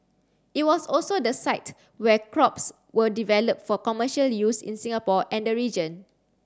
it was also the site where crops were developed for commercial use in Singapore and the region